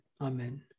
Amen